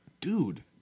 dude